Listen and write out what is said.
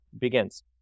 begins